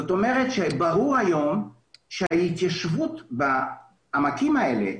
זאת אומרת שברור היום שההתיישבות בעמקים האלה,